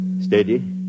Steady